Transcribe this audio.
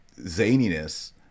zaniness